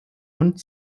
hund